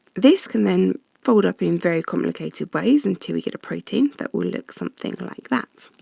this can then fold up in very complicated ways until we get a protein that will look something like that.